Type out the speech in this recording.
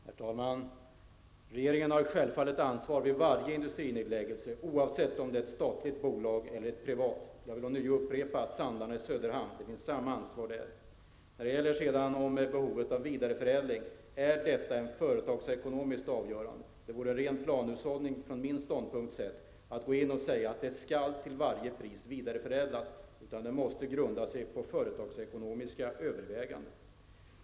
Herr talman! Regeringen har självfallet ansvar vid varje industrinedläggelse oavsett om det är ett statligt bolag eller ett privat. Jag vill ånyo upprepa exemplet Sandarne utanför Söderhamn. Där finns samma ansvar. Behovet av vidareförädling är ett företagsekonomiskt avgörande. Det vore ren planhushållning från min ståndpunkt sett att säga att råvaran till varje pris skall vidareförädlas. Det måste grundas på företagsekonomiska överväganden.